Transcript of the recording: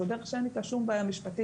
זו דרך שאין איתה שום בעיה משפטית.